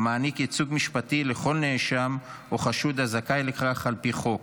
המעניק ייצוג משפטי לכל נאשם או חשוד הזכאי לכך על פי חוק.